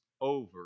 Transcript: over